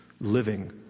living